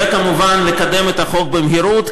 וכמובן לקדם את החוק במהירות,